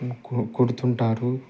కు కుడుతుంటారు